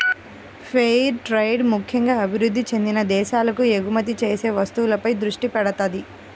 fair trade ముక్కెంగా అభివృద్ధి చెందిన దేశాలకు ఎగుమతి చేసే వస్తువులపై దృష్టి పెడతది